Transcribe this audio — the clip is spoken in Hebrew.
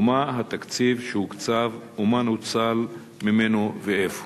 מה התקציב שהוקצב, ומה נוצל ממנו ואיפה?